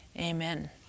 Amen